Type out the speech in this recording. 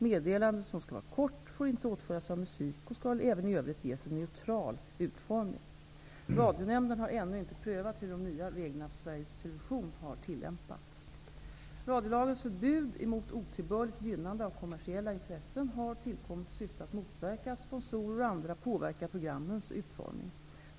Meddelandet, som skall vara kort, får inte åtföljas av musik och skall även i övrigt ges en neutral utformning. Radionämnden har ännu inte prövat hur de nya reglerna för Sveriges Television har tillämpats. Radiolagens förbud mot otillbörligt gynnande av kommersiella intressen har tillkommit i syfte att motverka att sponsorer och andra påverkar programmens utformning.